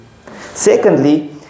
Secondly